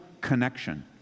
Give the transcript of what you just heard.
connection